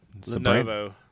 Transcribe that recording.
Lenovo